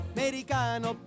Americano